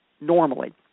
normally